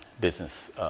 business